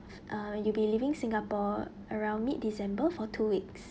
uh you'll be leaving singapore around mid december for two weeks